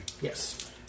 Yes